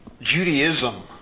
Judaism